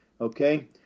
okay